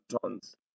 tons